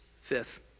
Fifth